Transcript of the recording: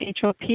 HOP